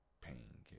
Pain